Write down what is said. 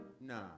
nah